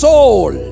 Soul